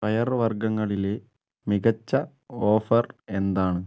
പയർവർഗങ്ങളിൽ മികച്ച ഓഫർ എന്താണ്